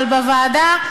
אבל בוועדה,